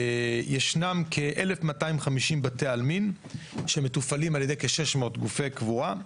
ישנם כ-1,250 בתי עלמין שמתופעלים על ידי כ-600 גופי קבורה.